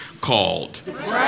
called